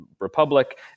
Republic